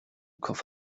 cough